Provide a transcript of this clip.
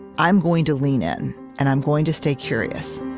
i'm going to lean in, and i'm going to stay curious